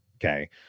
Okay